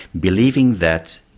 believing that,